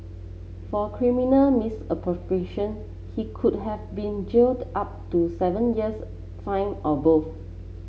for criminal misappropriation he could have been jailed up to seven years fined or both